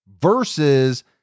versus